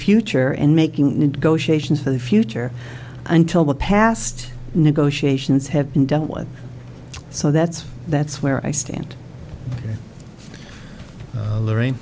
future and making negotiations for the future until the past negotiations have been dealt with so that's that's where i stand lorraine